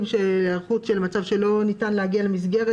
של היערכות במצב שלא ניתן להגיע למסגרת,